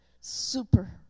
super